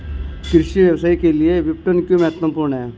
कृषि व्यवसाय के लिए विपणन क्यों महत्वपूर्ण है?